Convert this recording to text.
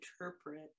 interpret